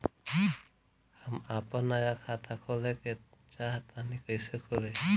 हम आपन नया खाता खोले के चाह तानि कइसे खुलि?